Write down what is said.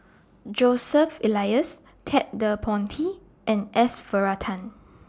Joseph Elias Ted De Ponti and S Varathan